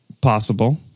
possible